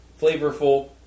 flavorful